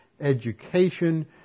education